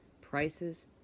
prices